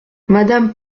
madame